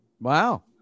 wow